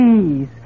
please